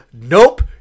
nope